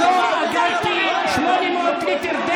אתה לא תמשיך לנהל את הישיבה.